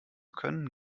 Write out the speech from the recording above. können